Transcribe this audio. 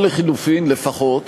או לחלופין, לפחות